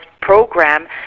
program